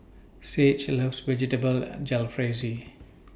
Sage loves Vegetable Jalfrezi